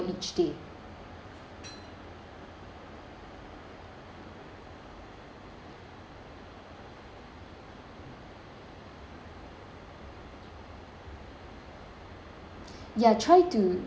ya try to